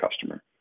customer